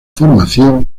formación